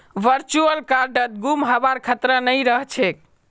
virtual कार्डत गुम हबार खतरा नइ रह छेक